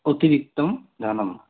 अतिरिक्तं धनं